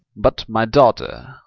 but, my daughter,